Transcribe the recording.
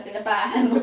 the van